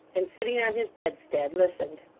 and, sitting on his bedstead, listened.